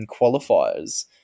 qualifiers